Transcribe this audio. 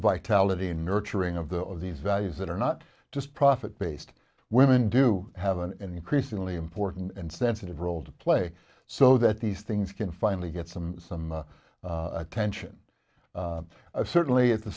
vitality nurturing of the of these values that are not just profit based women do have an increasingly important and sensitive role to play so that these things can finally get some some attention certainly at the